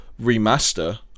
remaster